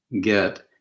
get